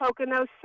Poconos